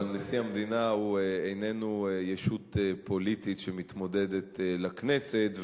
אבל נשיא המדינה איננו ישות פוליטית שמתמודדת לכנסת,